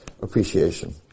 appreciation